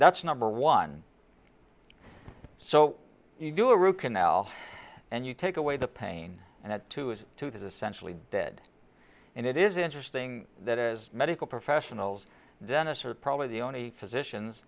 that's number one so you do a root canal and you take away the pain and that too is to that essentially dead and it is interesting that as medical professionals dentists are probably the only physicians